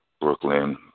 Brooklyn